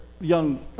young